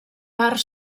part